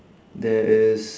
there is